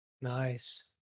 Nice